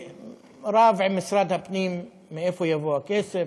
שרב עם משרד הפנים על מאיפה יבוא הכסף.